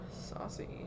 Saucy